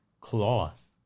claws